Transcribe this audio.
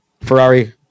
Ferrari